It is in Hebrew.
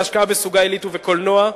ביחס להשקעה בסוגה עילית ובקולנוע,